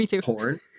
porn